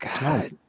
God